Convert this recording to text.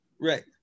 Right